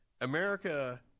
America